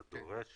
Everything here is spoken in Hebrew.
זה דורש